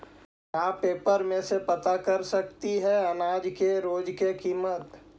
का पेपर में से पता कर सकती है अनाज के रोज के किमत?